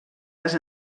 les